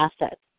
Assets